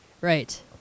Right